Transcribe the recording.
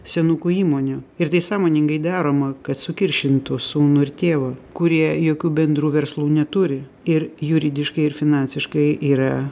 senukų įmonių ir tai sąmoningai daroma kad sukiršintų sūnų ir tėvą kurie jokių bendrų verslų neturi ir juridiškai ir finansiškai yra